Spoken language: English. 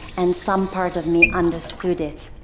and some part of me understood it.